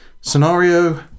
Scenario